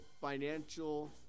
financial